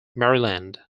maryland